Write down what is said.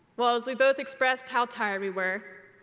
well, as we both expressed how tired we were,